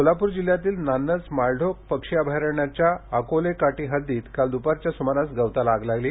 आग सोलापूर जिल्ह्यातील नान्नज माळढोक पक्षी अभयारण्याच्या अकोलेकाटी हद्दीत काल दुपारच्या सुमारास गवताला आग लागली